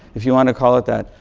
if you want to call it that,